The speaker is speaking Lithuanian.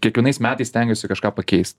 kiekvienais metais stengiuosi kažką pakeist